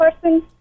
person